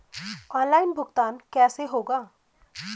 Online भुगतान कैसे होगा?